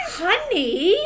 honey